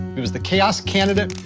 it was the chaos candidate.